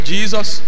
Jesus